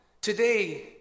Today